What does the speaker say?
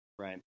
Right